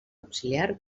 auxiliar